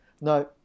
no